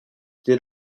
did